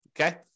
Okay